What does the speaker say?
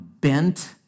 bent